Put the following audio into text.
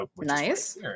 Nice